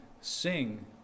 sing